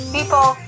People